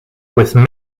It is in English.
within